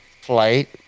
Flight